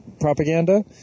propaganda